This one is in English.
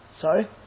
Sorry